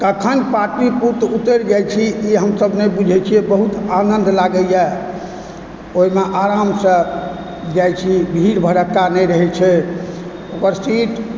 कखन पाटलिपुत्र उतरि जाइ छी हमसभ नहि बुझय छी बहुत आनन्द लागैए ओहिमऽ आरामसँ जाइ छी भीड़ भड़क्का नहि रहय छै ओकर सीट